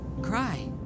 Cry